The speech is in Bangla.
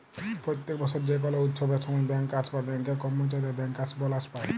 প্যত্তেক বসর যে কল উচ্ছবের সময় ব্যাংকার্স বা ব্যাংকের কম্মচারীরা ব্যাংকার্স বলাস পায়